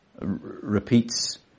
repeats